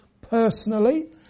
personally